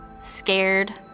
scared